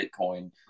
Bitcoin